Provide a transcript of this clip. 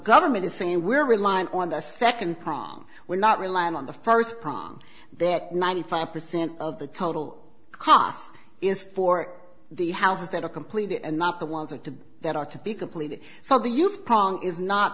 government is saying we're relying on the second prong we're not relying on the first promise that ninety five percent of the total cost is for the houses that are completed and not the ones are to be that are to be completed so the use prong is not